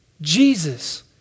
Jesus